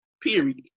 Period